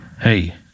hey